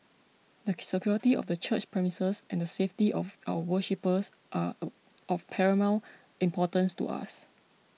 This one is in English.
the security of the church premises and the safety of our worshippers are of paramount importance to us